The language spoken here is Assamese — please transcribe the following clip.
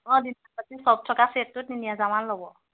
অঁ চব থকা চেটটো তিনি হেজাৰমান ল'ব